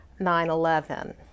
9/11